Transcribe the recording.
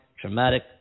traumatic